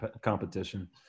competition